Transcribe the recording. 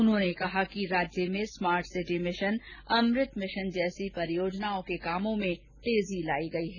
उन्होंने कहा कि राज्य में smart city mission Amrut mission जैसी परियोजनाओं के कार्यों में तेजी लाई गई है